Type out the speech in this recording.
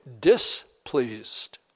displeased